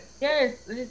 Yes